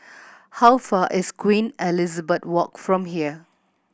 how far is Queen Elizabeth Walk from here